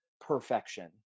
perfection